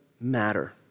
matter